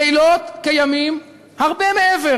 לילות כימים, הרבה מעבר